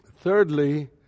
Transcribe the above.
Thirdly